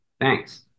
Thanks